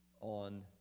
on